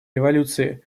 революции